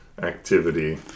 activity